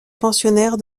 pensionnaire